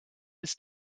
his